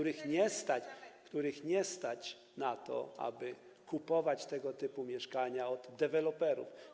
rodziny, których nie stać na to, aby kupować tego typu mieszkania od deweloperów.